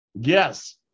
Yes